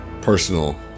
personal